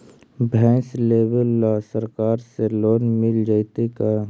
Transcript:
भैंस लेबे ल सरकार से लोन मिल जइतै का?